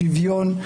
שוויון,